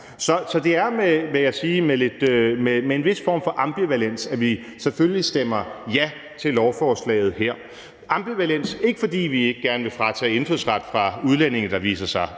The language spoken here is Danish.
jeg sige, med en vis form for ambivalens, at vi selvfølgelig stemmer ja til lovforslaget her, ambivalens, ikke fordi vi ikke gerne vil tage indfødsret fra udlændinge, der viser sig